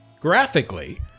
Graphically